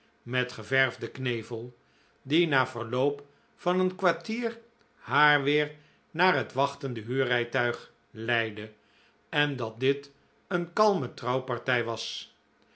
met geverfden knevel die na verloop van een kwartier haar weer naar het wachtende huurrijtuig leidde en dat dit een kalme trouwpartij was